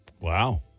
wow